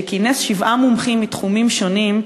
שכינס שבעה מומחים מתחומים שונים,